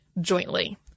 jointly